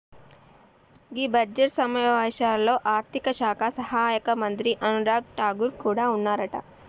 గీ budget సమావేశాల్లో ఆర్థిక శాఖ సహాయక మంత్రి అనురాగ్ ఠాగూర్ కూడా ఉన్నారట